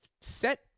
set